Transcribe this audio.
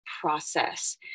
process